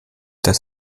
das